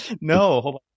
No